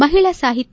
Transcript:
ಮಹಿಳಾ ಸಾಹಿತ್ಯ